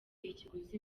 ikiguzi